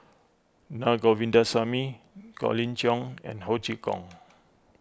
Na Govindasamy Colin Cheong and Ho Chee Kong